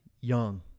young